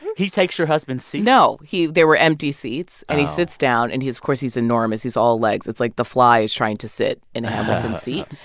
he takes your husband's seat? no, he there were empty seats, and he sits down. and he's of course, he's enormous. he's all legs. it's like the fly is trying to sit in a hamilton seat.